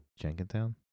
Jenkintown